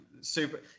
super